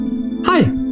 Hi